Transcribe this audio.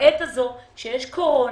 בעת הזאת שיש קורונה,